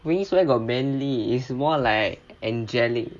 wings where got manly is more like angelic